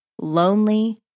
lonely